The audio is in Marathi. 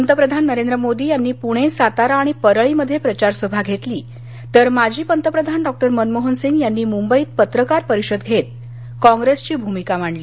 पंतप्रधान नरेंद्र मोदी यांनी पुणे सातारा आणि परळीमध्ये प्रचार सभा घेतली तर माजी पंतप्रधान डॉ मनमोहन सिंग यांनी मुंबईत पत्रकार परिषद घेत काँग्रेसची भूमिका मांडली